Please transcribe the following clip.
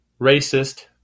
racist